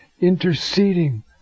interceding